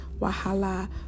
Wahala